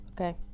okay